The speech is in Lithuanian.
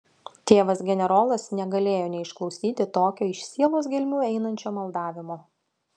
tėvas generolas negalėjo neišklausyti tokio iš sielos gelmių einančio maldavimo